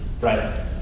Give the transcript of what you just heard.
Right